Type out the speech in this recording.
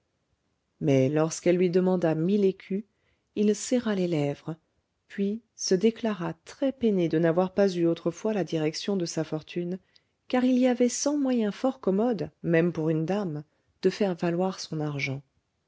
mais lorsqu'elle lui demanda mille écus il serra les lèvres puis se déclara très peiné de n'avoir pas eu autrefois la direction de sa fortune car il y avait cent moyens fort commodes même pour une dame de faire valoir son argent